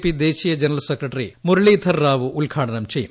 P ദേശീയ general secretary Muralidhar Rao ഉദ്ഘാടനം ചെയ്യും